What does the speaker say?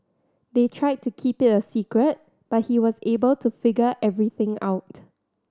they tried to keep it a secret but he was able to figure everything out